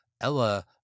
Ella